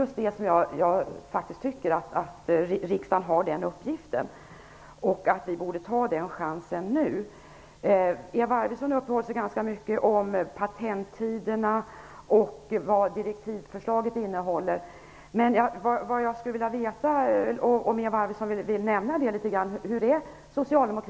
Jag tycker att riksdagen har just den uppgiften och att vi borde ta den chansen nu. Eva Arvidsson uppehöll sig ganska mycket vid patenttiderna och vad förslaget i direktivet innehåller. Vad jag skulle vilja veta är vilken inställning i grunden Socialdemokraterna har till patent på liv.